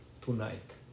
tonight